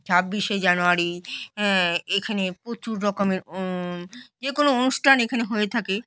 ছাব্বিশে জানুয়ারি হ্যাঁ এখানে প্রচুর রকমের যে কোনো অনুষ্ঠান এখানে হয়ে থাকে